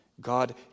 God